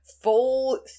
full